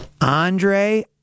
Andre